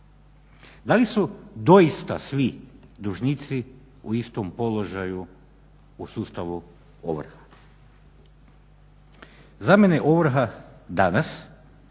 Da li su doista svi dužnici u istom položaju u sustavu ovrha? Za mene je ovrha danas